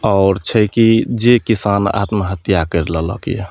आओर छै कि जे किसान आत्महत्या करि लेलक यऽ